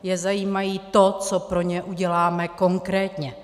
Je zajímá to, co pro ně uděláme konkrétně.